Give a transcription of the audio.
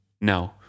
No